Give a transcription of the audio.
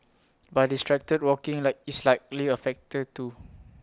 but distracted walking like is likely A factor too